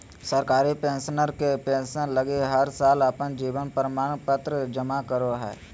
सरकारी पेंशनर के पेंसन लगी हर साल अपन जीवन प्रमाण पत्र जमा करो हइ